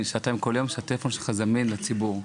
כל יום שהטלפון שלך זמין לציבור.